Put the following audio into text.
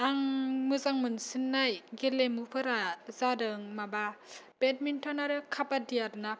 आं मोजां मोनसिननाय गेलेमुफोरा जादों माबा बेडमिन्टन आरो खाबादि आरो ना